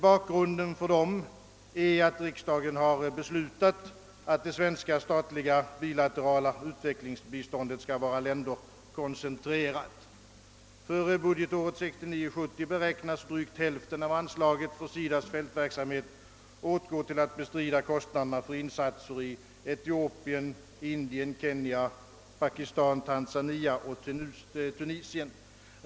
Bakgrunden till dem är att riksdagen har beslutat, att det svenska statliga bilaterala utvecklingsbiståndet skall vara länderkoncentrerat. För budgetåret 1969/70 beräknas drygt hälften av anslaget för SIDA:s fältverksamhet åtgå för att bestrida kostnader för insatser i Etiopien, Indien, Kenya, Pakistan, Tanzania och Tunisien.